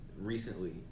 recently